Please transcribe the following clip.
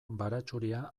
baratxuria